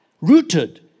rooted